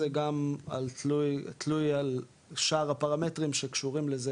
זה גם תלוי על שאר הפרמטרים שקשורים לזה,